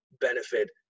benefit